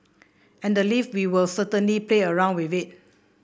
and the leave we were certainly play around with it